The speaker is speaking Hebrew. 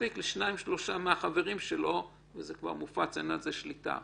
מספיק שהוא שולח לשניים-שלושה חברים וכבר אין על זה שליטה.